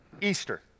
Easter